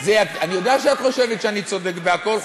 אני יודע שאת חושבת שאני צודק בכול,